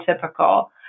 typical